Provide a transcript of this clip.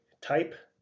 type